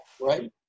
right